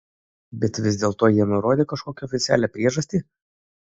bet vis dėlto jie nurodė kažkokią oficialią priežastį